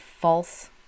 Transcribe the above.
false